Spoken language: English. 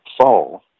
fall